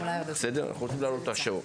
השבוע,